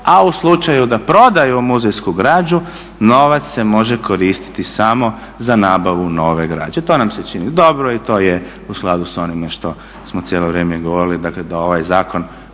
a u slučaju da prodaju muzejsku građu novac se može koristiti samo za nabavu nove građe. To nam se čini dobro i to je u skladu s onime što smo cijelo vrijeme govorili, dakle da ovaj zakon